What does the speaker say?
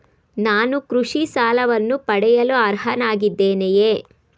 ನಾನು ಕೃಷಿ ಸಾಲವನ್ನು ಪಡೆಯಲು ಅರ್ಹನಾಗಿದ್ದೇನೆಯೇ?